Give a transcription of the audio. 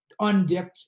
undipped